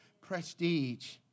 prestige